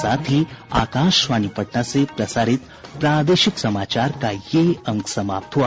इसके साथ ही आकाशवाणी पटना से प्रसारित प्रादेशिक समाचार का ये अंक समाप्त हुआ